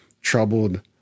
troubled